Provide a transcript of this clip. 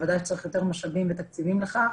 בוודאי צריך יותר משאבים ותקציבים לכך.